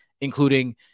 including